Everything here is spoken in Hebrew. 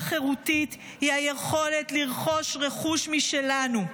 חירותית היא היכולת לרכוש רכוש משלנו.